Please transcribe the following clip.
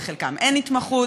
בחלקם אין התמחות,